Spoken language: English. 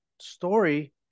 story